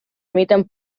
emiten